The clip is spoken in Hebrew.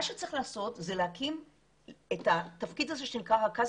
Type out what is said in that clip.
מה שצריך לעשות זה להקים את התפקיד הזה שנקרא "רכז